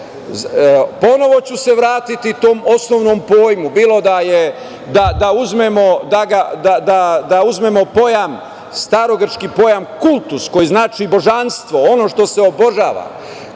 Ponovo ću se vratiti tom osnovnom pojmu, bilo da uzmemo pojam starogrčki pojam kultus – koji znači božanstvo, ono što se obožava,